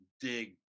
dig